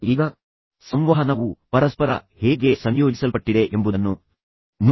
ಈಗ ಸಂವಹನವು ಪರಸ್ಪರ ಹೇಗೆ ಸಂಯೋಜಿಸಲ್ಪಟ್ಟಿದೆ ಎಂಬುದನ್ನು ನೋಡಿ